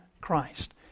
Christ